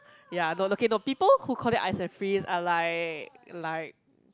ya no okay no people who call it ice and freeze are like like